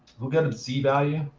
we'll get a z value,